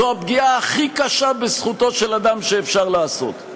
זו הפגיעה הכי קשה בזכותו של אדם שאפשר לעשות.